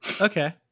Okay